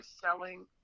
selling